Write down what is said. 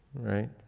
Right